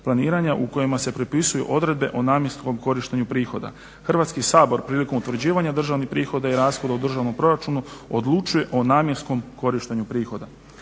planiranja u kojima se propisuju odredbe o namjenskom korištenju prihoda. Hrvatski sabor prilikom utvrđivanja državnih prihoda i rashoda u državnom proračunu odlučuje o namjenskom korištenju prihoda.